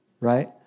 right